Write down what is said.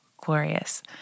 glorious